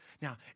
Now